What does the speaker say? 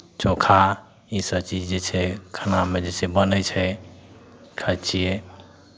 चोखा इसभ चीज जे छै खानामे जे छै बनै छै खाइ छियै